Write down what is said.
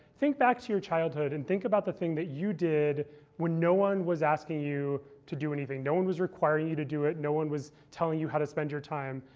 think back to your childhood, and think about the thing that you did when no one was asking you to do anything. no one was requiring you you to do it. no one was telling you how to spend your time.